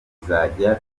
izajya